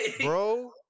bro